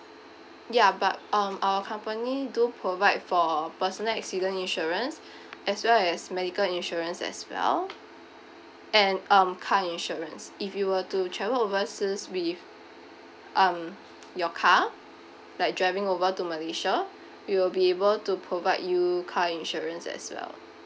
ya but um our company do provide for personal accident insurance as well as medical insurance as well and um car insurance if you were to travel overseas with um your car like driving over to malaysia we'll be able to provide you car insurance as well